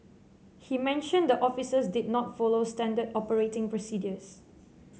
he mentioned the officers did not follow standard operating procedures